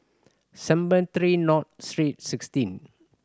Cemetry North Street Sixteen